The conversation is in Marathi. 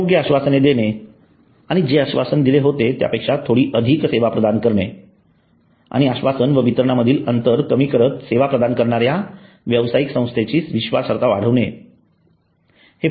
योग्य आश्वासने देणे आणि जे आश्वासन दिले होते त्यापेक्षा थोडी अधिक सेवा प्रदान करणे आणि आश्वासन व वितरणामधील अंतर कमी करत सेवा प्रदान करणाऱ्या व्यावसायिक संस्थेची विश्वासार्हता वाढविणे हे पहिले